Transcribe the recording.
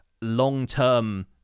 long-term